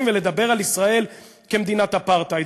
ולדבר על ישראל כמדינת אפרטהייד.